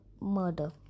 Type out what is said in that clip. murder